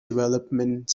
development